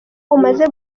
umaze